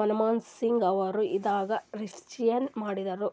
ಮನಮೋಹನ್ ಸಿಂಗ್ ಅವರು ಇದ್ದಾಗ ರಿಫ್ಲೇಷನ್ ಮಾಡಿರು